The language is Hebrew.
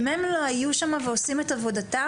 אם הם לא היו שם ועושים את עבודתם,